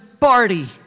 party